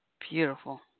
Beautiful